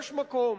יש מקום.